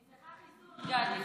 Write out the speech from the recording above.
היא צריכה חיסון, גדי.